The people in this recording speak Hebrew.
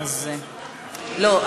לא.